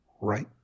right